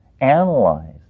analyzed